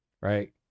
right